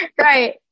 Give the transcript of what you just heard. Right